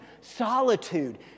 solitude